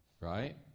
right